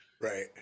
Right